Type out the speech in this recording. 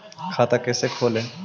खाता कैसे खोले?